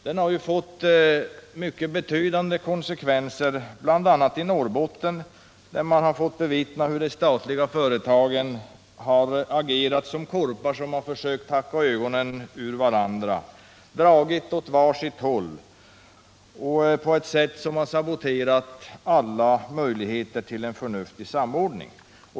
Den har fått mycket betydande konsekvenser bl.a. i Norrbotten, där man har fått bevittna hur de statliga företagen har agerat som korpar, som försökt hacka ut ögonen på varandra. Vart och ett har dragit åt sitt håll, på ett sätt som har saboterat alla möjligheter till en förnuftig samordning.